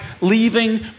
leaving